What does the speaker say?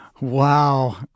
wow